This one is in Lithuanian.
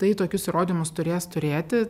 tai tokius įrodymus turės turėti